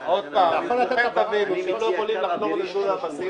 תבינו שאתם לא יכולים לחזור ללולי הבסיס,